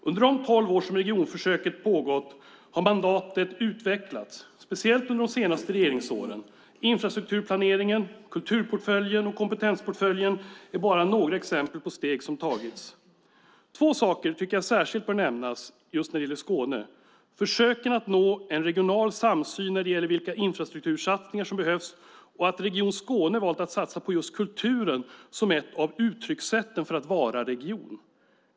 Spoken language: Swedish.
Under de tolv år som regionförsöket pågått har mandatet utvecklats, speciellt under de senaste regeringsåren. Infrastrukturplaneringen, kulturportföljen och kompetensportföljen är bara några exempel på steg som tagits. Två saker tycker jag särskilt bör nämnas just när det gäller Skåne: Försöken att nå regional samsyn när det gäller vilka infrastruktursatsningar som behövs och att Region Skåne valt att satsa på just kulturen som ett av uttryckssätten för att vara region.